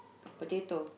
potato